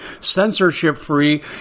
censorship-free